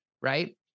right